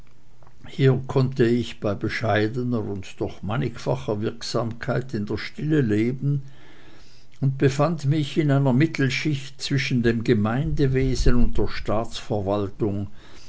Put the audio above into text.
hier konnte ich bei bescheidener und doch mannigfacher wirksamkeit in der stille leben und befand mich in einer mittelschicht zwischen dem gemeindewesen und der staatsverwaltung